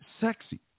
Sexy